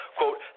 quote